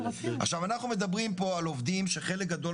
אנחנו מדברים פה על עובדים שחלק גדול